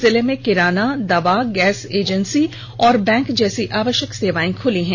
जिले में किराना दवा गैस एजेंसी और बैंक जैसी आवष्यक सेवाएं खुली हुई हैं